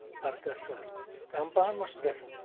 اَرداہ ساس کَم پَہم مہ چھُس گژھان